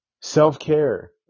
Self-care